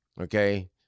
Okay